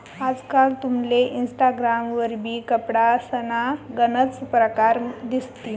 आजकाल तुमले इनस्टाग्राम वरबी कपडासना गनच परकार दिसतीन